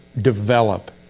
develop